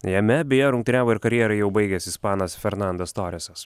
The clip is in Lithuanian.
jame beje rungtyniavo ir karjerą jau baigęs ispanas fernandas toresas